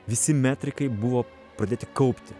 visi metrikai buvo pradėti kaupti